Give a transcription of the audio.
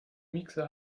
mixer